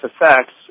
effects